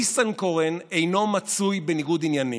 ניסנקורן אינו מצוי בניגוד עניינים,